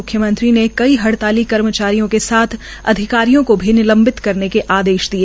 म्ख्यमंत्री ने कई हड़ताली कर्मचारियों के साथ अधिकारियों को भी निलम्बित करने के आदेश दिए